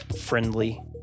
friendly